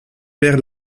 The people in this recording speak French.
perd